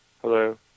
Hello